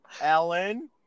Ellen